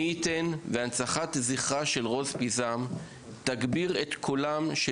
מי יתן והנצחת זכרה של רוז פיזם תגביר את קולם של